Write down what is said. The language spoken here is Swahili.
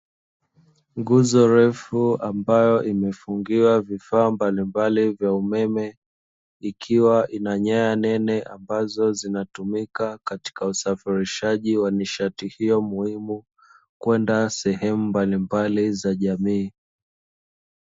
Nguzo refu ambayo imefungiwa vifaa mbalimbali vya umeme, ikiwa ina nyaya nene ambazo zinatumika katika usafirishaji wa nishati hiyo muhimu, kwenda sehemu mbalimbali za jamii.